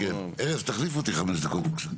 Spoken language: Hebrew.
ארז, תחליף אותי לחמש דקות בבקשה.